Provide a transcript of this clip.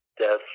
death